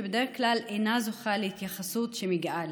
שבדרך כלל אינה זוכה להתייחסות שמגיעה